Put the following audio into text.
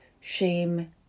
shame